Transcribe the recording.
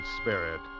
spirit